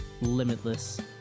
limitless